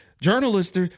journalists